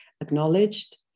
acknowledged